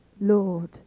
Lord